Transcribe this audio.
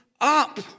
up